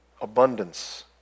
Abundance